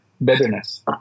betterness